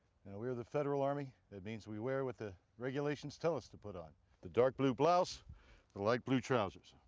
we are the federal army, that means we wear what the regulations tell us to put on the dark blue blouse the light blue trousers.